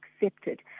accepted